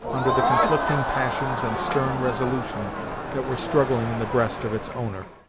under the conflicting passions and stern resolution that were struggling in the breast of its owner.